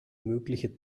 möglichen